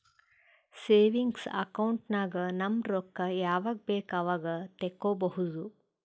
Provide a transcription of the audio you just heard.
savings account ನಾಗ್ ನಮ್ ರೊಕ್ಕಾ ಯಾವಾಗ ಬೇಕ್ ಅವಾಗ ತೆಕ್ಕೋಬಹುದು